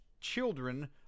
children